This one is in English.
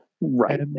Right